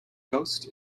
ghost